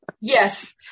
yes